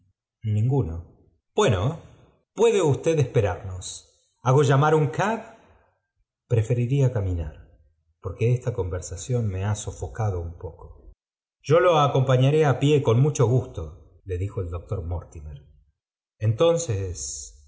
bueno puede usted esperarnos hago llamar un cab preferiría caminar porque esta conversación me ha sofocado un poco yo lo acompañaré á pie con mucho gustóle dijo el doctor mortimer entonces